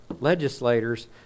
legislators